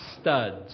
Studs